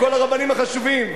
כל הרבנים החשובים,